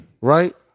Right